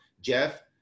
Jeff